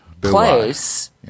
place